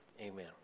amen